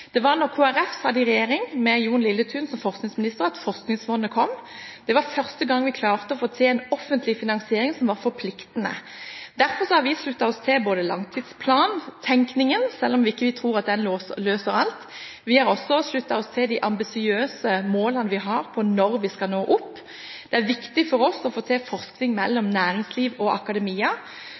Det var da Kristelig Folkeparti satt i regjering med Jon Lilletun som forskningsminister, at Forskningsfondet kom. Det var første gang vi klarte å få til en offentlig finansiering som var forpliktende. Derfor har vi sluttet oss til langtidsplantenkningen, selv om vi ikke tror den løser alt. Vi har også sluttet oss til de ambisiøse målene vi har på når vi skal nå opp. Det er viktig for oss å få til forskning mellom næringsliv og akademia.